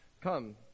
come